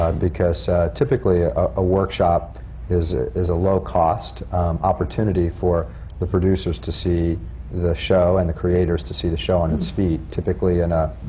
um because typically, a workshop is is a low-cost opportunity for the producers to see the show and the creators to see the show on its feet. typically, and